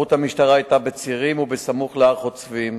היערכות המשטרה היתה בצירים וסמוך להר-חוצבים.